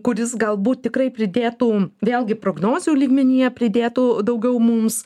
kuris galbūt tikrai pridėtų vėlgi prognozių lygmenyje pridėtų daugiau mums